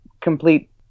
complete